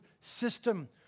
system